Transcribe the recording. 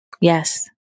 Yes